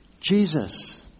Jesus